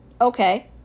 Okay